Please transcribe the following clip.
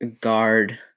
guard